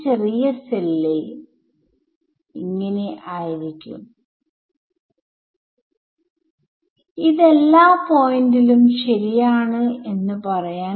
നമ്മുടെ സൊല്യൂഷൻ ഇനി ഒരു വേവ് ആയിരിക്കില്ലഇത് ക്ഷീണിപ്പിക്കുന്നു അഥവാ കൂടുന്നു